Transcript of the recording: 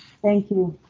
thank you.